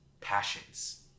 passions